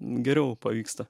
geriau pavyksta